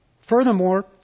Furthermore